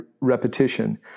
repetition